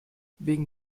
wegen